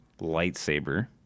lightsaber